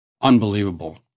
Unbelievable